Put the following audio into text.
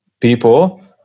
people